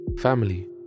Family